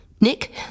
Nick